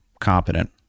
competent